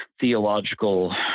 theological